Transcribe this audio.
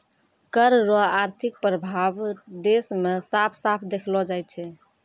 कर रो आर्थिक प्रभाब देस मे साफ साफ देखलो जाय छै